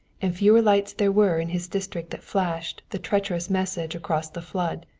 and fewer lights there were in his district that flashed the treacherous message across the flood,